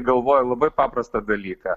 galvoju labai paprastą dalyką